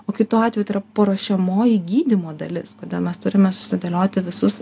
o kitu atveju tai yra paruošiamoji gydymo dalis todėl mes turime susidėlioti visus